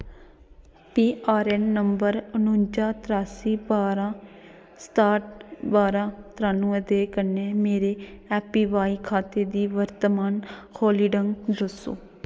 PRAN number अनुंजा त्रासी बारां सताट बारां त्रानुए दे कन्नै मेरे एपीवाई खाते दी वर्तमान होल्डिंग दस्सो